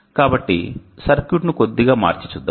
కాబట్టి సర్క్యూట్ను కొద్దిగా మార్చి చూద్దాం